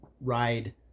ride